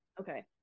Okay